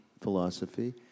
philosophy